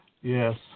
Yes